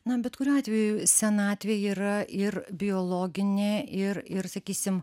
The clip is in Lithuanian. na bet kuriuo atveju senatvė yra ir biologinė ir ir sakysim